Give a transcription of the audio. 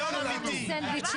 חשבתי שכבר התרגלתם, אבל בסדר גמור.